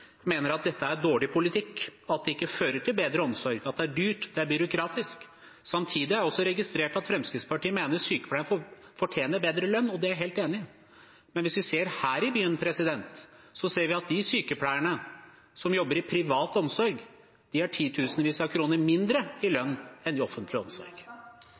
mener at dette er dårlig politikk, at det ikke fører til bedre omsorg, og at det er dyrt og byråkratisk? Samtidig har jeg også registrert at Fremskrittspartiet mener at sykepleierne fortjener bedre lønn, og det er jeg helt enig i. Men hvis vi ser her i byen, ser vi at de sykepleierne som jobber i privat omsorg, har titusenvis av kroner mindre i lønn enn